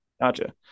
gotcha